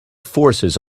forces